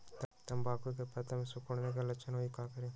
तम्बाकू के पत्ता में सिकुड़न के लक्षण हई का करी?